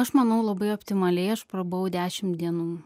aš manau labai optimaliai aš prabuvau dešim dienų